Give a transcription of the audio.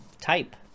type